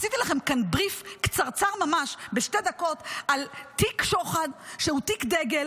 עשיתי לכם כאן בריף קצרצר ממש בשתי דקות על תיק שוחד שהוא תיק דגל,